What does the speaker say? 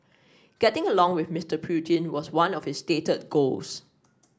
getting along with Mister Putin was one of his stated goals